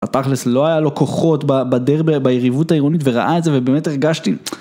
בתכלס לא היה לו כוחות בדרבי, ביריבות העירונית וראה את זה ובאמת הרגשתי